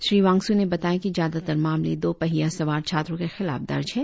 श्री वांगसू ने बताया कि ज्यादातर मामले दो पहियां सवार छात्रों के खिलाफ दर्ज है